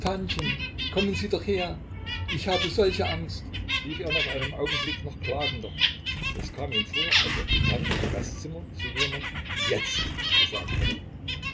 tantchen kommen sie doch her ich habe solche angst rief er nach einem augenblick noch klagender es kam ihm vor als ob die tante im gastzimmer zu jemand jetzt gesagt hätte